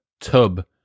tub